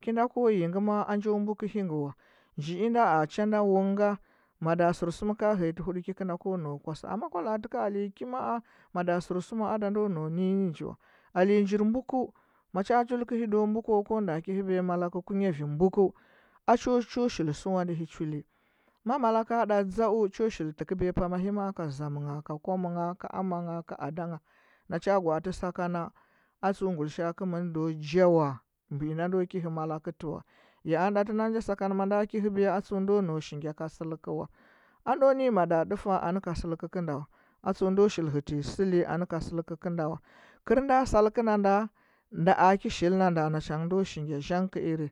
Kindo ko yingɚ maa anjo mbukɚ hungɚ wa njiinda a chanda wunga, bada sɚrsum ka hɚya tɚ hudɚki kɚnda kwa naukɚ kwasa amma kwalatɚkɚ ale ki maa mada sɚrsumɚ adando nau ninyi wa alenjir mbukɚu mada sɚrsumɚ ada ndo nau ninyi nɚ nji wa ale njir mbukdu macha a jul kɚhi do mbukɚu wa konda ki hɚwiya malako nyari mbukɚu acho cho shili suwandɚhi chuli ma malaka ɗa dza’u cho shili tɚkɚbiya pamahi ma ka zamɚngha ka kwamɚnaha, ka amangha, ka adanghanacha gwaatɚ sakana atsu ngulishaa kɚmɚndo jawa bijinde ndo ki hɚ malakɚtɚwa ya anɚ ɗatɚ nanja sakana manda ki hɚbiya atsundo nau shilnga ka sɚlkɚwa ando ninyi bada ɗɚfa nɚ kasɚikɚ kɚnda wa aasundo shil hɚtɚnyi sɚli anɚ ka sɚlkɚ kɚnda wa kɚrnda salkɚnda nda, nda aki shilnamda nachangɚ ndo shilngya jam kɚiri